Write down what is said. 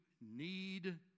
need